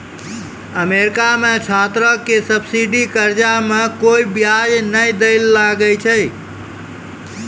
America मे छात्रो के सब्सिडी कर्जा मे कोय बियाज नै दै ले लागै छै